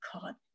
caught